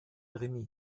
remis